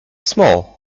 small